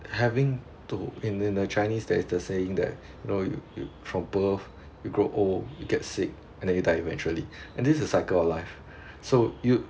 having to and in the chinese there's the saying that you know you you from birth you grow old you get sick and then you die eventually and this is a cycle of life so you